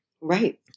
Right